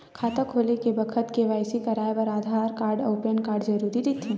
खाता खोले के बखत के.वाइ.सी कराये बर आधार कार्ड अउ पैन कार्ड जरुरी रहिथे